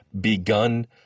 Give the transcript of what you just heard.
begun